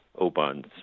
Oban's